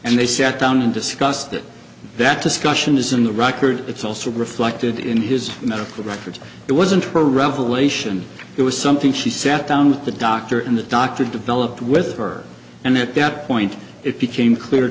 and they sat down and discussed it that discussion is in the record it's also reflected in his medical records it wasn't a revelation it was something she sat down with the doctor and the doctor developed with her and at that point it became clear